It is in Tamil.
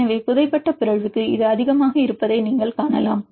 எனவே புதைபட்ட பிறழ்வுக்கு இது அதிகமாக இருப்பதை நீங்கள் காணலாம்